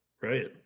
Right